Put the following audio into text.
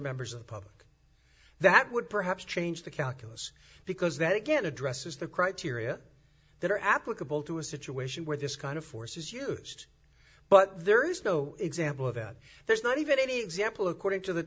members of the public that would perhaps change the calculus because that again addresses the criteria that are applicable to a situation where this kind of force is used but there is no example of that there's not even any example according to the